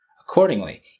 Accordingly